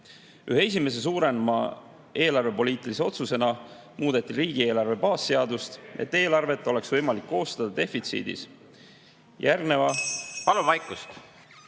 esimese suurema eelarvepoliitilise otsusena muudeti riigieelarve baasseadust, et eelarvet oleks võimalik koostada defitsiidis. Järgneva … (Juhataja